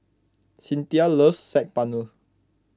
Cynthia loves Saag Paneer